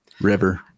River